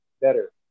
better